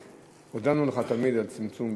הפוך, הודינו לך תמיד על צמצום.